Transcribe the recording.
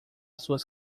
suas